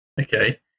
okay